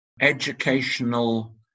educational